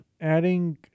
adding